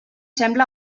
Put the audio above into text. sembla